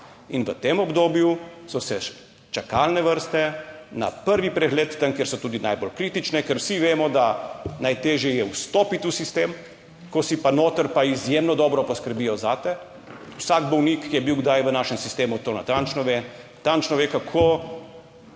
In v tem obdobju so se čakalne vrste na prvi pregled tam, kjer so tudi najbolj kritične, ker vsi vemo, da najtežje je vstopiti v sistem, ko si pa noter, pa izjemno dobro poskrbijo zate. Vsak bolnik, ki je bil kdaj v našem sistemu, to natančno ve. Natančno ve, kako